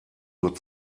nur